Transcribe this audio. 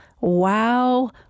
Wow